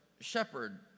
shepherd